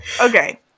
okay